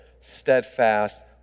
steadfast